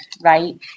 right